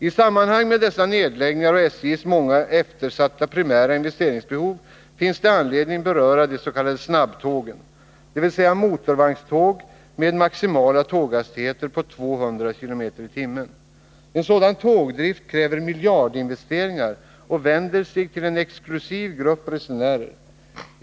I sammanhang med dessa nedläggningar och SJ:s många eftersatta primära investeringsbehov finns det anledning att beröra de s.k. snabbtågen, dvs. motorvagnståg med maximala tåghastigheter på 200 km/tim. En sådan tågdrift kräver miljardinvesteringar och vänder sig till en exklusiv grupp resenärer.